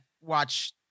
watch